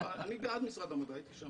לא, אני בעד משרד המדע, הייתי שם.